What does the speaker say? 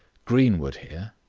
greenwood here,